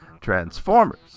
Transformers